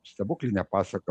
stebuklinė pasaka